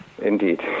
indeed